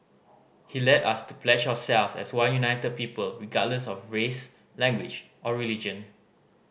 he led us to pledge ourselves as one united people regardless of race language or religion